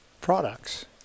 products